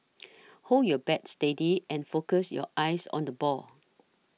hold your bat steady and focus your eyes on the ball